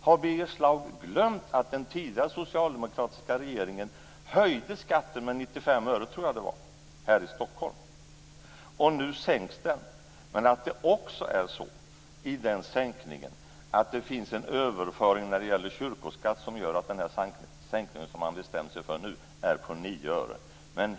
Har Birger Schlaug glömt att den tidigare socialdemokratiska regeringen höjde skatten med 95 öre, tror jag det var, här i Stockholm? Och nu sänks skatten, men med den sänkningen är det också så att det finns en överföring när det gäller kyrkoskatt, som gör att den sänkning som man bestämt sig för nu är på 9 öre.